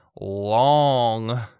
long